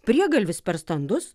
priegalvis per standus